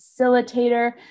facilitator